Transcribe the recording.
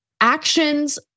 actions